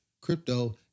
crypto